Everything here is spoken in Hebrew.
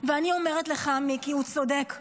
ואני אומרת לך, מיקי: הוא צודק,